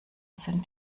sind